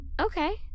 Okay